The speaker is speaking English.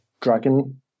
Dragon